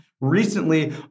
recently